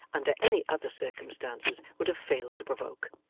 under any other circumstances, would have failed to provoke.